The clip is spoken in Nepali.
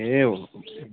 ए